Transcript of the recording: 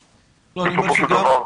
בסופו של דבר,